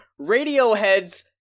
Radiohead's